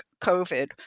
COVID